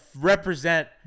represent